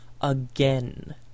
again